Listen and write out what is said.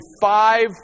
five